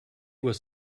was